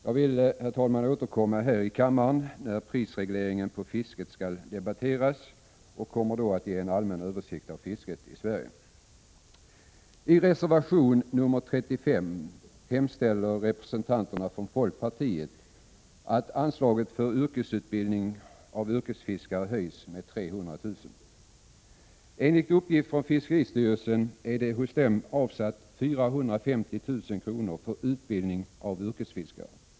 Jag vill, herr talman, återkomma här i kammaren när prisregleringen på fisk skall debatteras och kommer då att ge en allmän översikt av fisket i Sverige. I reservation 35 hemställer representanterna från folkpartiet att anslaget för yrkesutbildning av yrkesfiskare höjs med 300 000 kr. Enligt uppgift från fiskeristyrelsen är det hos denna avsatt 450 000 kr. för utbildning av yrkesfiskare.